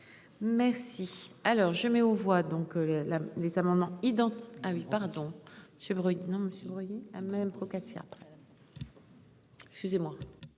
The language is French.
Merci. Alors je vais mettre aux voix les amendements identiques,